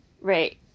Right